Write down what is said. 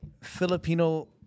Filipino